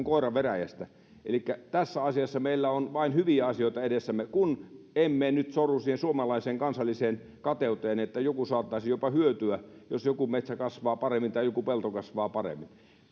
koira veräjästä elikkä tässä asiassa meillä on vain hyviä asioita edessämme kun emme nyt sorru siihen suomalaiseen kansalliseen kateuteen että joku saattaisi jopa hyötyä jos joku metsä kasvaa paremmin tai joku pelto kasvaa paremmin